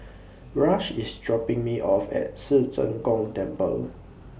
Rush IS dropping Me off At Ci Zheng Gong Temple